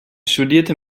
studierte